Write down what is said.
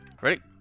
Ready